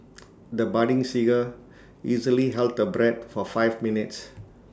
the budding singer easily held her breath for five minutes